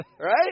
Right